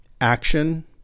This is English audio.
action